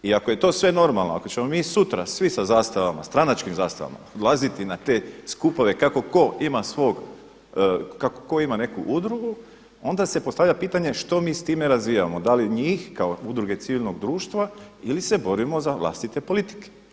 I ako je to sve normalno, ako ćemo mi sutra svi sa zastavama, stranačkim zastavama odlaziti na te skupove kako tko ima svog, kako tko ima neku udrugu, onda se postavlja pitanje što mi s time razvijamo da li njih kao udruge civilnog društva ili se borimo za vlastite politike.